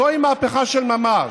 זוהי מהפכה של ממש.